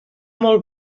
molt